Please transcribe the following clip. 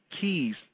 keys